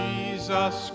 Jesus